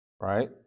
Right